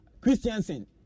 Christiansen